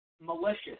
Malicious